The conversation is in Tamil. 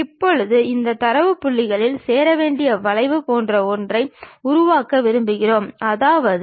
இவை குறைந்தபட்சம் அந்த சாலையின் ஒருபோதும் முடிவடையாத கோடுகள் ஆகும்